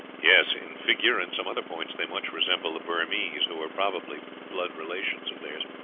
yes, in figure and some other points they much resemble the burmese, who are probably blood relations of theirs.